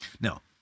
Now